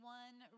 one